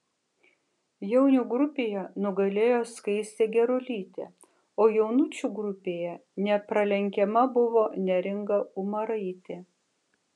jaunių grupėje nugalėjo skaistė gerulytė o jaunučių grupėje nepralenkiama buvo neringa umaraitė